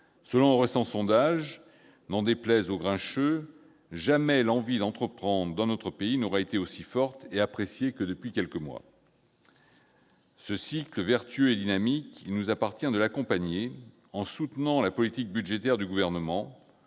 Selon un récent sondage- n'en déplaise aux grincheux -, jamais l'envie d'entreprendre dans notre pays n'aura été aussi forte et appréciée que depuis quelques mois. Ce cycle vertueux et dynamique, il nous appartient de l'accompagner, en soutenant la politique budgétaire du Gouvernement